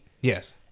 Yes